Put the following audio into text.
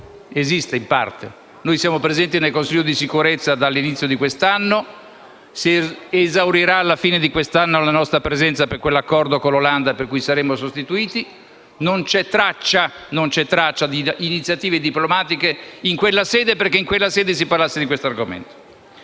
esiste in parte. Noi siamo presenti nel Consiglio di sicurezza dall'inizio di quest'anno e la nostra presenza si esaurirà alla fine di quest'anno, per via di quell'accordo con l'Olanda per cui saremo sostituiti e non c'è traccia di iniziative diplomatiche in quella sede perché in quella sede si parlasse di questo argomento.